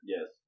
Yes